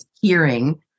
hearing